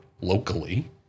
locally